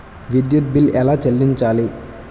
విద్యుత్ బిల్ ఎలా చెల్లించాలి?